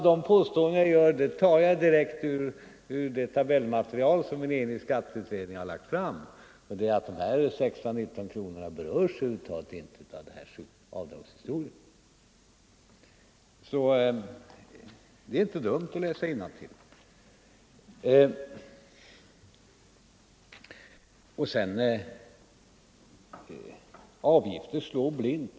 De påståenden jag gör tar jag direkt ur det tabellmaterial som en enig skatteutredning har lagt fram. Det visar att de 619 kronorna inte berörs av slopandet av avdragsrätten för sjukförsäkringsavgiften. Så det är inte dumt att läsa innantill. Avgifter slår blint, säger herr Fälldin.